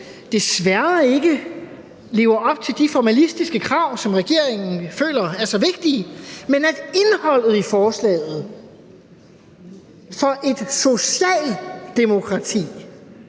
desværre ikke lever op til de formalistiske krav, som regeringen føler er så vigtige, men at man i Socialdemokratiet,